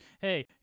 Hey